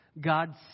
god